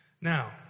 Now